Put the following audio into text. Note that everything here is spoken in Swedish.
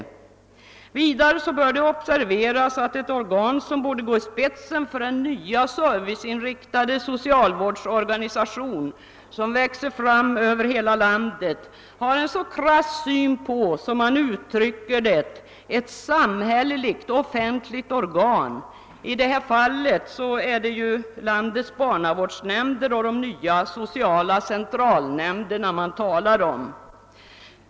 Vidare bör det observeras att ett organ, som borde gå i spetsen för den nya serviceinriktade socialvårdsorganisationen som växer fram i hela landet, har en så krass syn på ett »samhälleligt offentligt organ». I detta fall är det landets barnavårdsnämnder och de nya sociala centralnämnderna man talar om.